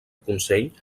consell